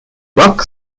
rock